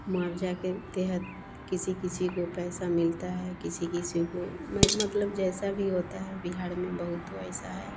मुआवज़ा के तहत किसी किसी को पैसा मिलता है किसी किसी को म मतलब जैसा भी होता है बिहार में बहुत तो ऐसा है